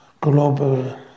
global